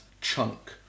chunk